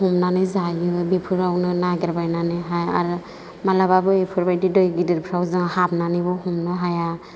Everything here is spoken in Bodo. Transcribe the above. हमनानै जायो बेफोरावनो नागिरबायनानैहाय आरो मालाबाबो बेफोरबायदि दै गिदिरफोराव जों हाबनानैबो हमनो हाया